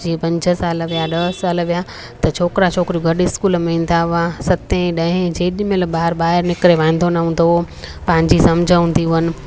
जीअं पंज साल विया ॾह साल विया त छोकिरा छोकिरियूं गॾु स्कूल में ईंदा हुआ सत ॾह जेॾी महिल ॿार ॿाहिरि निकिरे वांदो न हूंदो हो पंहिंजी समुझ हूंदी हुअनि